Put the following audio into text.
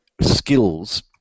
skills